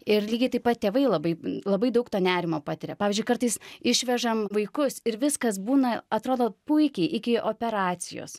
ir lygiai taip pat tėvai labai labai daug to nerimo patiria pavyzdžiui kartais išvežam vaikus ir viskas būna atrodo puikiai iki operacijos